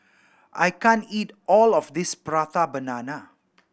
I can't eat all of this Prata Banana